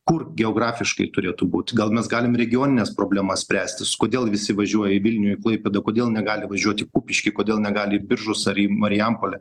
kur geografiškai turėtų būti gal mes galim regionines problemas spręstis kodėl visi važiuoja į vilnių į klaipėdą kodėl negali važiuoti į kupiškį kodėl negali į biržus ar į marijampolę